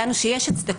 שיש